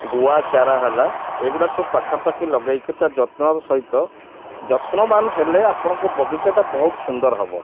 ଗୁଆ ଚାରା ହେଲା ଏଗୁଡ଼ା ସବୁ ପାଖାପାଖି ଲଗେଇକି ତା ଯତ୍ନର ସହିତ ଯତ୍ନବାନ ହେଲେ ଆପଣଙ୍କ ବଗିଚାଟା ବହୁତ ସୁନ୍ଦର ହେବ